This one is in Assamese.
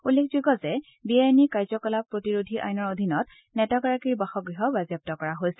উল্লেখযোগ্য যে বে আইনী কাৰ্য্য কলাপ প্ৰতিৰোধী আইনৰ অধীনত নেতাগৰাকীৰ বাসগৃহ বাজেয়াপ্ত কৰা হৈছে